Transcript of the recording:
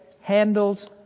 handles